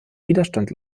widerstand